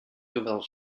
zowel